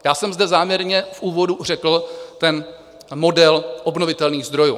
Já jsem zde záměrně v úvodu řekl ten model obnovitelných zdrojů.